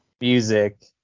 music